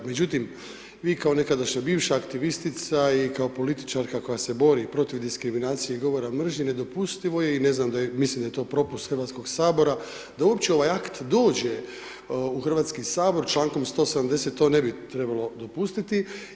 Međutim, vi kao nekadašnja bivša aktivistica i kao političarka koja se bori protiv diskriminacije i govora mržnje, nedopustivo je i ne znam da je, mislim da je to propust Hrvatskog sabora, da uopće ovaj akt dođe u Hrvatski sabor, člankom 170. to ne bi trebalo dopustiti.